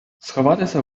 сховатися